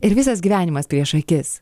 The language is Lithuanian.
ir visas gyvenimas prieš akis